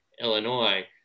Illinois